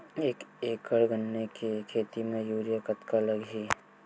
एक एकड़ गन्ने के खेती म यूरिया कतका लगही?